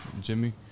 Jimmy